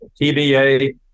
TBA